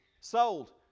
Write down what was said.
sold